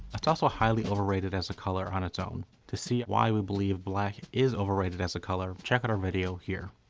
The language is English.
it's also highly overrated as a color on its own. to see why we believe black is overrated as a color, check out our video here.